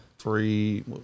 three